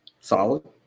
solid